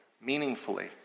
meaningfully